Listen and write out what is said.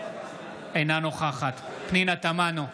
אינה נוכחת פנינה תמנו,